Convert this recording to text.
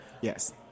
Yes